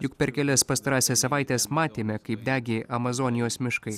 juk per kelias pastarąsias savaites matėme kaip degė amazonijos miškai